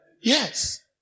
Yes